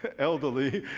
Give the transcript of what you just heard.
ah elderly,